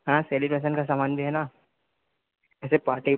हाँ सेलिब्रेशन का सामान भी है न जैसे पार्टी